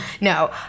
No